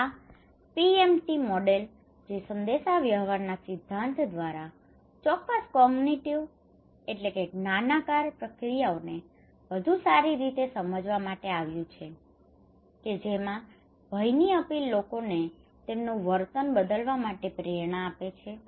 આ PMT model જે સંદેશાવ્યવહારના સિદ્ધાંત દ્વારા ચોક્કસ કોંગનીટીવ cognitive જ્ઞાનાકાર પ્રક્રિયાઓને વધુ સારી રીતે સમજવા માટે આવ્યું છે કે જેમાં ભયની અપીલ લોકોને તેમનું વર્તન બદલવા માટે પ્રેરણા આપે છે